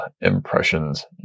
impressions